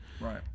Right